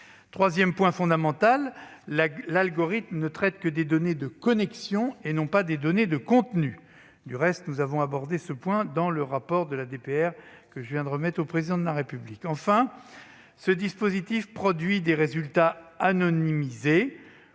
Troisièmement, l'algorithme ne traite que des données de connexion, et non les données de contenu. Du reste, nous avons abordé ce point dans le rapport de la DPR que je viens de remettre au Président de la République. Quatrièmement, ce dispositif produit des résultats anonymisés.